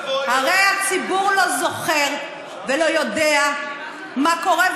הרי הציבור לא זוכר ולא יודע מה קורה,